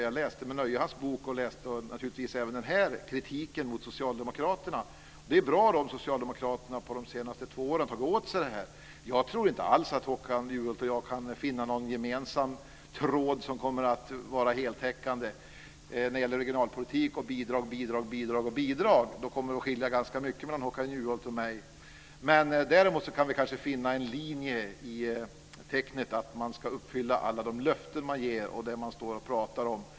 Jag läste med nöje hans bok och läste naturligtvis även denna kritik mot socialdemokraterna. Det är bra om socialdemokraterna under de senaste två åren har tagit åt sig detta. Jag tror inte alls att Håkan Juholt och jag kan finna någon gemensam tråd som kommer att vara heltäckande när det gäller regionalpolitik och bidrag. Då kommer det att skilja ganska mycket mellan Håkan Juholt och mig. Men däremot kanske vi kan finna en linje i tecknet att man ska uppfylla alla de löften som man ger och det som man står och talar om.